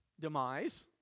demise